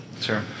Sure